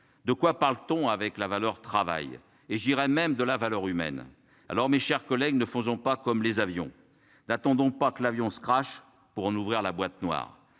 De quoi parle-t-on avec la valeur travail et je dirais même de la valeur humaine. Alors, mes chers collègues, ne faisons pas comme les avions, n'attendons pas que l'avion se crashe pour ouvrir la boîte noire